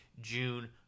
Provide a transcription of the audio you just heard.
June